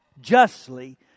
justly